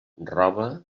roba